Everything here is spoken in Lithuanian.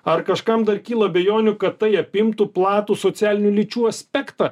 ar kažkam dar kyla abejonių kad tai apimtų platų socialinių lyčių aspektą